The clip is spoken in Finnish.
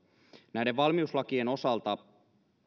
näiden valmiuslakien osalta